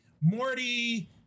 Morty